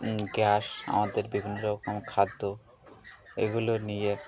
gas আমাদের বিভিন্ন রকম খাদ্য এগুলো নিয়ে